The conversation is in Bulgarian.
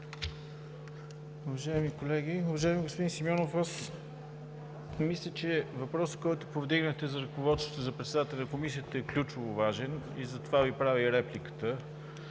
Уважаеми колеги! Уважаеми господин Симеонов, аз мисля, че въпросът, който повдигнахте за ръководството, за председателя на Комисията, е ключово важен и затова Ви правя и репликата.